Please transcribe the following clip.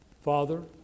father